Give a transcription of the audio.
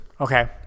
Okay